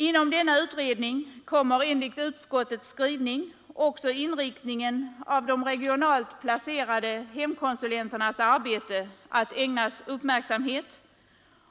Vid denna utredning kommer enligt utskottets skrivning också inriktningen av de regionalt placerade hemkonsulenternas arbete att ägnas uppmärksamhet